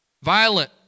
Violent